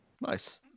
Nice